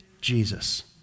Jesus